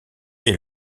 est